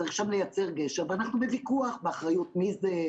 צריך שם לייצר גשר ואנחנו בוויכוח באחריות מי זה.